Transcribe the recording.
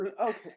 okay